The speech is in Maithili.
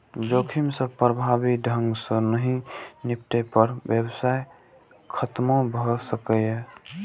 जोखिम सं प्रभावी ढंग सं नहि निपटै पर व्यवसाय खतमो भए सकैए